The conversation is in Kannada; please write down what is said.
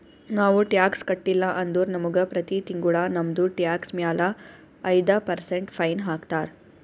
ನಾವು ಟ್ಯಾಕ್ಸ್ ಕಟ್ಟಿಲ್ಲ ಅಂದುರ್ ನಮುಗ ಪ್ರತಿ ತಿಂಗುಳ ನಮ್ದು ಟ್ಯಾಕ್ಸ್ ಮ್ಯಾಲ ಐಯ್ದ ಪರ್ಸೆಂಟ್ ಫೈನ್ ಹಾಕ್ತಾರ್